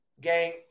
gang